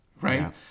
right